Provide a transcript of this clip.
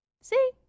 see